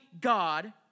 God